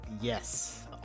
Yes